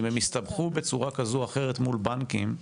אם הם הסתבכו בצורה כזו או אחרת מול בנקים,